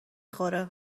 خوره